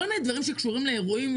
כל מיני עסקים שקשורים לאירועים,